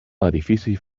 edifici